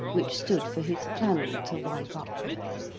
which stood for his flannel to wipe up with.